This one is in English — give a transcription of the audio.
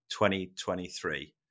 2023